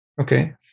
Okay